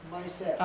mindset